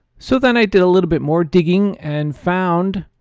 so then i did a little bit more digging and found,